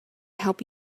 help